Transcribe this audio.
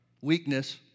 weakness